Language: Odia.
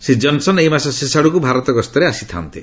ଶ୍ରୀ ଜନ୍ସନ୍ ଏହିମାସ ଶେଷ ଆଡ଼କୁ ଭାରତ ଗସ୍ତରେ ଆସିଥାନ୍ତେ